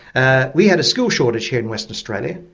ah we had a skill shortage here in western australia.